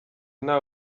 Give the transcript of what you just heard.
nta